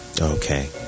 Okay